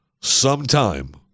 sometime